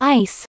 ice